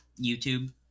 YouTube